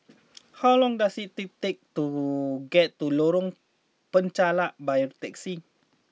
how long does it to take to get to Lorong Penchalak by a taxi